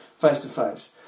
face-to-face